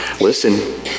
Listen